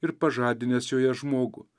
ir pažadinęs joje žmogų